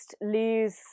lose